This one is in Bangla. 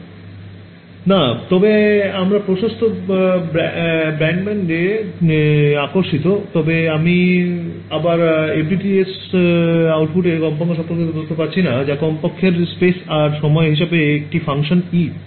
ছাত্র ছাত্রীঃ না তবে আমরা প্রশস্ত ব্র্যান্ডব্যান্ডে আকর্ষিত তবে আমি আমার FDTS আউটপুটে কম্পাঙ্ক সম্পর্কিত তথ্য পাচ্ছি না যা হল কম কম্পাঙ্কের স্পেস এবং সময় অপেক্ষক হিসাবে একটি ফাংশন E তো আমার কী করতে হবে